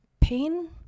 pain